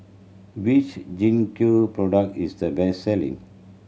which Gingko product is the best selling